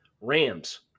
rams